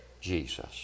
Jesus